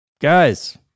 guys